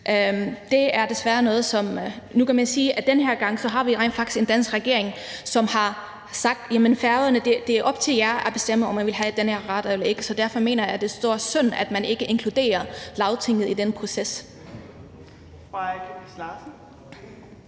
oplysninger ikke kommer ud. Nu kan man sige, at vi denne gang rent faktisk har en dansk regering, som har sagt, at det er op til Færøerne at bestemme, om vi vil have den her radar eller ej, så derfor mener jeg, at det er en stor synd, at man ikke inkluderer Lagtinget i den proces. Kl. 17:32